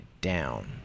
down